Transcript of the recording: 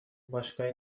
باشگاه